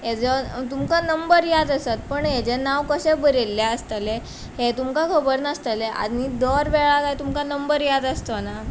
हाजो तुमकां नंबर याद आसा पूण हाजें नांव कशें बरयल्लें आसतलें हें तुमकां खबर नासतलें आनी दर वेळा काय तुमकां नंबर याद आसचो ना